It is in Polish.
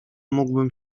mógłbym